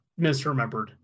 misremembered